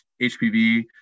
HPV